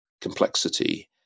complexity